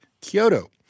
Kyoto